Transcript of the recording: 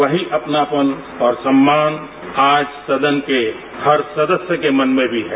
वहीं अपनापन और सम्मान आज सदन के हर सदस्य के मन में भी है